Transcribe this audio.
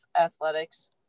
athletics